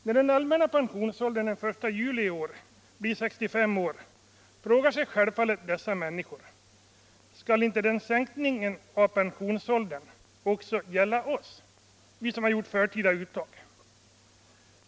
När den allmänna pensionsåldern den 1 juli i år blir 65 år frågar sig självfallet dessa människor: Skall inte sänkningen av pensionsåldern också gälla oss som gjort förtida uttag?